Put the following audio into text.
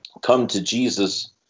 come-to-Jesus